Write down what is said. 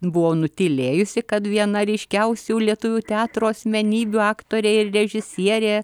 buvau nutylėjusi kad viena ryškiausių lietuvių teatro asmenybių aktorė režisierė